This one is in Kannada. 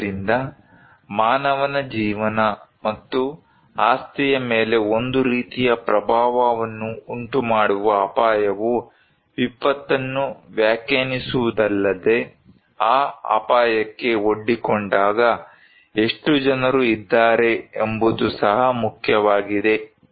ಆದ್ದರಿಂದ ಮಾನವನ ಜೀವನ ಮತ್ತು ಆಸ್ತಿಯ ಮೇಲೆ ಒಂದು ರೀತಿಯ ಪ್ರಭಾವವನ್ನು ಉಂಟುಮಾಡುವ ಅಪಾಯವು ವಿಪತ್ತನ್ನು ವ್ಯಾಖ್ಯಾನಿಸುವುದಲ್ಲದೆ ಆ ಅಪಾಯಕ್ಕೆ ಒಡ್ಡಿಕೊಂಡಾಗ ಎಷ್ಟು ಜನರು ಇದ್ದಾರೆ ಎಂಬುದು ಸಹ ಮುಖ್ಯವಾಗಿದೆ